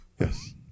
Yes